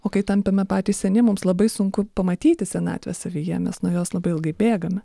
o kai tampame patys seni mums labai sunku pamatyti senatvę savyje mes nuo jos labai ilgai bėgame